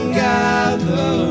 gather